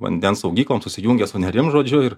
vandens saugyklom susijungė su nerim žodžiu ir